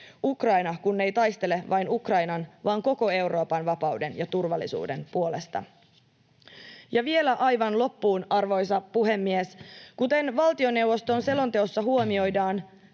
Ukraina kun ei taistele vain Ukrainan vaan koko Euroopan vapauden ja turvallisuuden puolesta. Ja vielä aivan loppuun, arvoisa puhemies! Kuten valtioneuvoston selonteossa huomioidaan,